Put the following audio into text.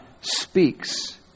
speaks